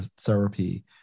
therapy